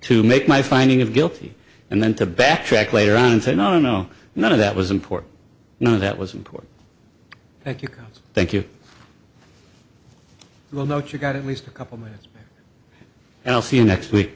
to make my finding of guilty and then to backtrack later on and say no no none of that was important you know that was important thank you thank you well know what you got at least a couple minutes and i'll see you next week